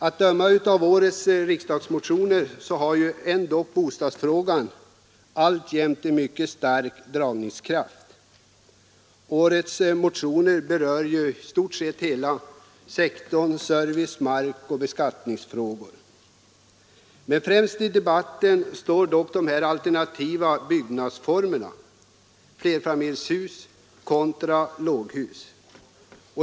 Att döma av motionerna till årets riksdag har ändå bostadsfrågan alltjämt mycket stark dragningskraft. Årets motioner berör i stort sett hela sektorn: service-, markoch beskattningsfrågor. Främst i debatten står dock de alternativa byggnadsformerna, flerfamiljshus kontra låghus.